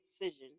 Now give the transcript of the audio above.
decision